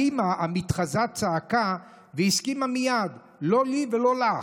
האימא המתחזה הסכימה מייד וצעקה: לא לי ולא לך,